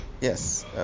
Yes